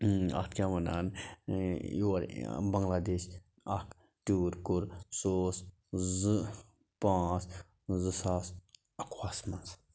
اَتھ کیٛاہ وَنان یور بَنٛگلہ دیش اَکھ ٹیوٗر کوٚر سُہ اوس زٕ پانٛژھ زٕ ساس اَکوُہَس منٛز